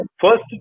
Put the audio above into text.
first